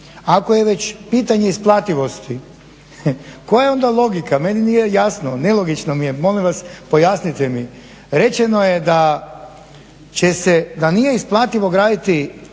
ako je već pitanje isplativosti, koja je onda logika, meni nije jasno, nelogično mi je, molim vas pojasnite mi, rečeno je da će se, da nije isplativo graditi